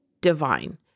divine